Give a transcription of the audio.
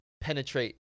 penetrate